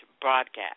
broadcast